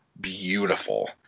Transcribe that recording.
beautiful